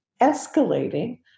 escalating